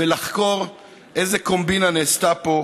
ולחקור איזה קומבינה נעשתה פה,